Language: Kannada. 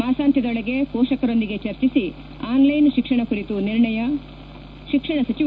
ಮಾಸಾಂತ್ಯದೊಳಗೆ ಮೋಷಕರೊಂದಿಗೆ ಚರ್ಚಿಸಿ ಆನ್ಲೈನ್ ಶಿಕ್ಷಣ ಕುರಿತು ನಿರ್ಣಯ ಶಿಕ್ಷಣ ಸಚಿವ